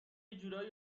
جورایی